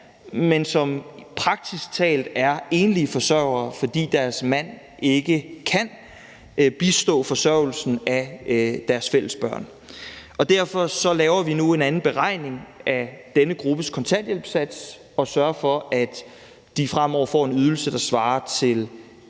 men som praktisk talt er enlige forsørgere, fordi deres mand ikke kan bistå med forsørgelsen af deres fælles børn. Derfor laver vi nu en anden beregning af denne gruppes kontanthjælpssats og sørger for, at de fremover får en ydelse, som svarer til